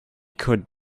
could